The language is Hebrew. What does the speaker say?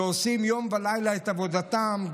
שעושים יום ולילה את עבודתם,